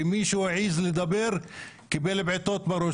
ואם מישהו העז לדבר הוא קיבל בעיטות בראש,